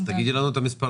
אז תגידי לנו את המספרים.